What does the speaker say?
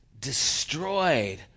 destroyed